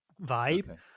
vibe